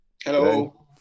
Hello